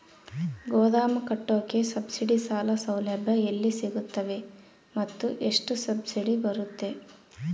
ಗೋದಾಮು ಕಟ್ಟೋಕೆ ಸಬ್ಸಿಡಿ ಸಾಲ ಸೌಲಭ್ಯ ಎಲ್ಲಿ ಸಿಗುತ್ತವೆ ಮತ್ತು ಎಷ್ಟು ಸಬ್ಸಿಡಿ ಬರುತ್ತೆ?